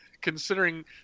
Considering